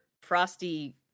frosty